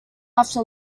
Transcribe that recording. after